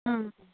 ಹ್ಞೂ